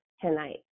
tonight